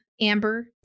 Amber